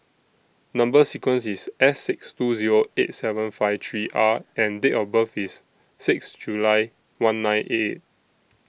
Number sequence IS S six two Zero eight seven five three R and Date of birth IS six July one nine eight eight